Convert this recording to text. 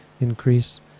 increase